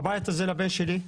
הבית הזה הוא לבן שלי,